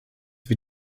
wir